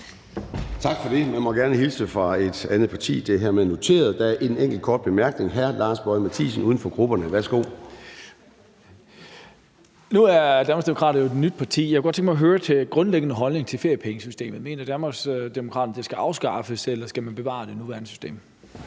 Tak for det. Man må gerne hilse fra et andet parti, og det er hermed noteret. Der er en enkelt kort bemærkning. Hr. Lars Boje Mathiesen, uden for grupperne. Værsgo. Kl. 13:19 Lars Boje Mathiesen (UFG): Nu er Danmarksdemokraterne jo et nyt parti, og jeg kunne godt tænke mig at høre deres grundlæggende holdning til feriepengesystemet. Mener Danmarksdemokraterne, at det skal afskaffes, eller skal man bevare det nuværende system?